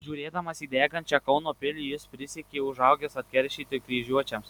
žiūrėdamas į degančią kauno pilį jis prisiekė užaugęs atkeršyti kryžiuočiams